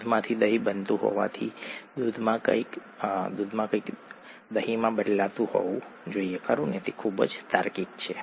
દૂધમાંથી દહીં બનતું હોવાથી દૂધમાં કંઈક દહીંમાં બદલાતું હોવું જોઈએ ખરું તે ખૂબ જ તાર્કિક છે